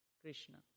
Krishna